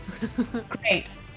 Great